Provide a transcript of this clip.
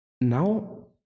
Now